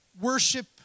worship